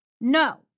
no